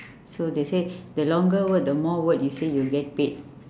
so they say the longer word the more word you say you'll get paid